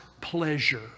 pleasure